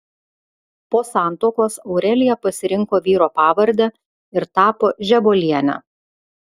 po santuokos aurelija pasirinko vyro pavardę ir tapo žebuoliene